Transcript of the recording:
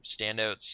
standouts